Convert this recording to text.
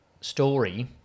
story